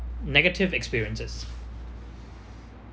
negative experiences